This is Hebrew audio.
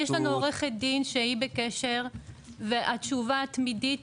יש לנו עורכת דין שהיא בקשר והתשובה התמידית